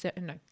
no